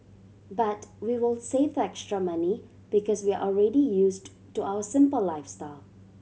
but we will save the extra money because we are already used to our simple lifestyle